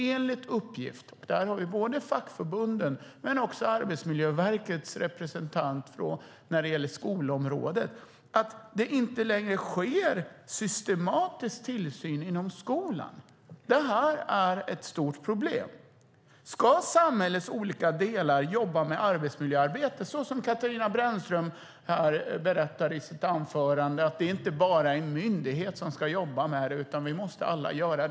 Enligt uppgift från fackförbunden och Arbetsmiljöverkets representant på skolområdet sker det inte längre en systematisk tillsyn inom skolan. Detta är ett stort problem. Katarina Brännström berättade i sitt anförande att det inte bara är en myndighet som ska bedriva arbetsmiljöarbete utan att vi alla måste göra det.